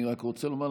אני רק רוצה לומר לך,